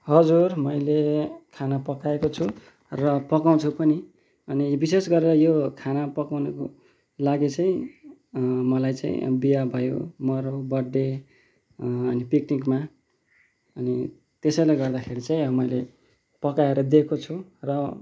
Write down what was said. हजुर मैले खाना पकाएको छु र पकाउँछु पनि अनि विशेष गरेर यो खाना पकाउनुको लागि चाहिँ मलाई चाहिँ बिहे भयो मराउ बर्थडे अनि पिकनिकमा अनि त्यसैले गर्दाखेरि चाहिँ अब मैले पकाएर दिएको छु र